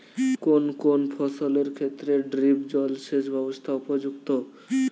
কোন কোন ফসলের ক্ষেত্রে ড্রিপ জলসেচ ব্যবস্থা উপযুক্ত?